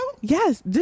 Yes